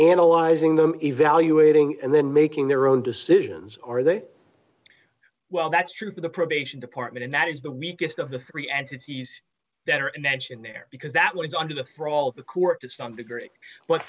analyzing them evaluating and then making their own decisions are they well that's true for the probation department and that is the weakest of the three entities that are mentioned there because that was under the raul the court to some degree